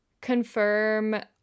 confirm